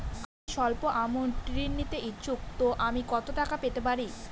আমি সল্প আমৌন্ট ঋণ নিতে ইচ্ছুক তো আমি কত টাকা পেতে পারি?